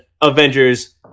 Avengers